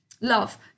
love